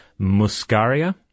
muscaria